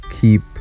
keep